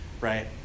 right